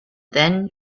then